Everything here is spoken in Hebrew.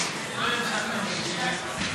(הוראת שעה), התשע"ו 2015,